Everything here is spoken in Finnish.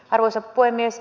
arvoisa puhemies